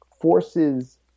forces